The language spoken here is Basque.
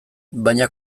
baina